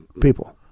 people